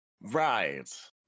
right